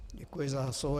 Děkuji za slovo.